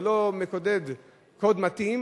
או לא מקודד קוד מתאים,